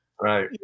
Right